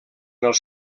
els